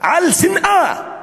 על שנאה,